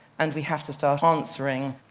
and we have to start answering.